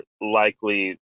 likely